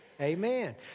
Amen